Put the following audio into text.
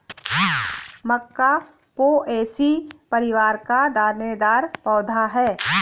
मक्का Poaceae परिवार का दानेदार पौधा है